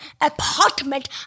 apartment